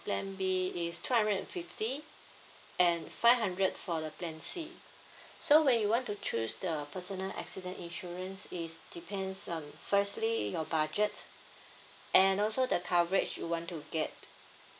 plan B is two hundred and fifty and five hundred for the plan C so when you want to choose the personal accident insurance is depends um firstly your budget and also the coverage you want to get